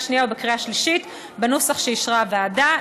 שנייה ובקריאה שלישית בנוסח שאישרה הוועדה.